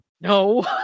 no